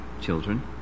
children